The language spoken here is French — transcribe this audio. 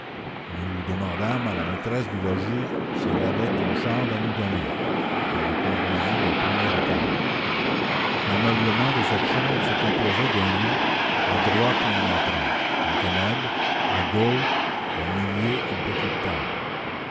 nous demandâmes à la maîtresse du logis si elle avait une chambre à nous donner elle nous conduisit au premier étage l'ameublement de cette chambre se composait d'un lit à droite en entrant une commode à gauche au milieu une petite table